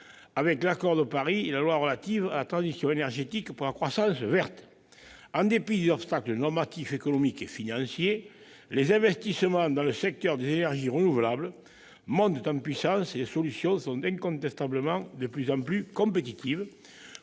avec l'Accord de Paris et la loi relative à la transition énergétique pour la croissance verte. En dépit des obstacles normatifs, économiques et financiers, les investissements dans le secteur des énergies renouvelables montent en puissance et les solutions sont incontestablement de plus en plus compétitives